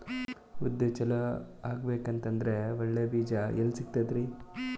ಉದ್ದು ಚಲೋ ಆಗಬೇಕಂದ್ರೆ ಒಳ್ಳೆ ಬೀಜ ಎಲ್ ಸಿಗತದರೀ?